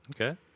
Okay